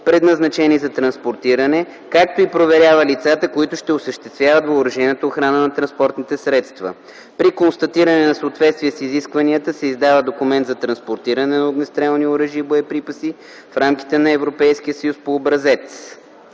предназначени за транспортиране, както и проверява лицата, които ще осъществяват въоръжената охрана на транспортните средства. При констатиране на съответствие с изискванията се издава документ за транспортиране на огнестрелни оръжия и боеприпаси в рамките на Европейския съюз по образец.